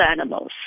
animals